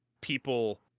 people